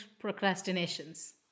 procrastinations